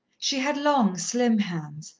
she had long, slim hands,